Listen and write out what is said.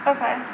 Okay